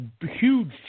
huge